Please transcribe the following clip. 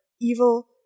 evil